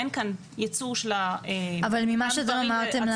אין כאן --- אבל ממה שאתם אמרתם לנו,